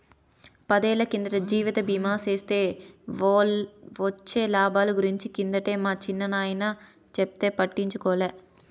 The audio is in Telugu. పదేళ్ళ కిందట జీవిత బీమా సేస్తే వొచ్చే లాబాల గురించి కిందటే మా చిన్నాయన చెప్తే పట్టించుకోలే